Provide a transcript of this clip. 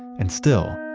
and still,